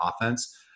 offense